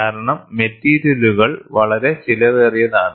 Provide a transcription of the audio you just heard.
കാരണം മെറ്റീരിയലുകൾ വളരെ ചെലവേറിയതാണ്